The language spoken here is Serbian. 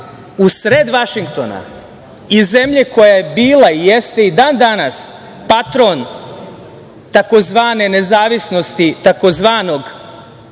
usred Vašingtona i zemlje koja je bila i jeste i dan-danas patron tzv. nezavisnosti tzv.